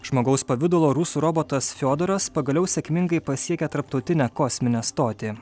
žmogaus pavidalo rusų robotas fiodoras pagaliau sėkmingai pasiekė tarptautinę kosminę stotį